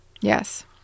Yes